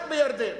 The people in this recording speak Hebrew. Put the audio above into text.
רק בירדן.